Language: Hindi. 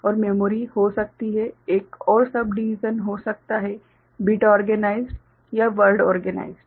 और मेमोरी हो सकती है एक और सब डिविसन हो सकता है बिट ओर्गेनाइस्ड या वर्ड ओर्गेनाइस्ड